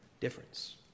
difference